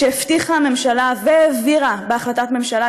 הבטיחה הממשלה והעבירה בהחלטת ממשלה,